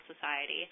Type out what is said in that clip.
Society